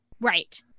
Right